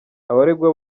abaregwa